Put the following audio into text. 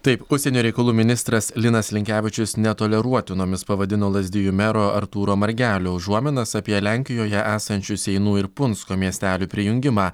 taip užsienio reikalų ministras linas linkevičius netoleruotinomis pavadino lazdijų mero artūro margelio užuominas apie lenkijoje esančių seinų ir punsko miestelių prijungimą